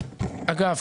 אגב,